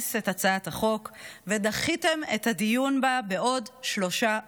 למסמס את הצעת החוק ודחיתם את הדיון בה בעוד שלושה חודשים,